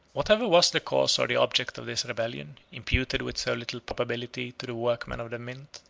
whatever was the cause or the object of this rebellion, imputed with so little probability to the workmen of the mint,